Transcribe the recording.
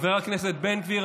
חבר הכנסת בן גביר,